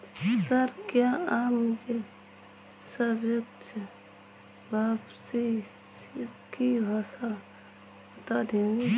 Sir, क्या आप मुझे सापेक्ष वापसी की परिभाषा बता देंगे?